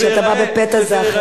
כשאתה בא בפתע זה אחרת.